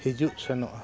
ᱦᱤᱡᱩᱜ ᱥᱮᱱᱚᱜᱼᱟ